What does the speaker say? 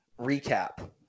recap